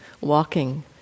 walking